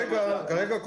כרגע,